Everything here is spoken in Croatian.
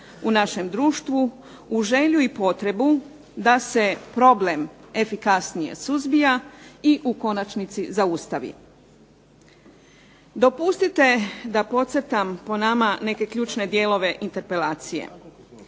u našem društvu uz želju i potrebu da se problem efikasnije suzbija i u konačnici zaustavi. Dopustite da podcrtam po nama neke ključne dijelove interpelacije.